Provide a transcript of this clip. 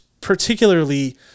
particularly